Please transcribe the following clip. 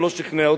הוא לא שכנע אותי,